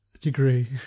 Degree